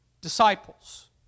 disciples